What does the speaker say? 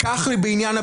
כך בעניין הביטחון,